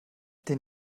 den